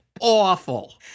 awful